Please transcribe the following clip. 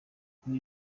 muri